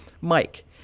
Mike